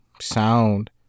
sound